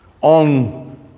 on